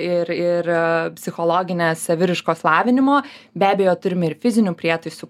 ir ir ee psichologinės saviraiškos lavinimo be abejo turime ir fizinių prietaisų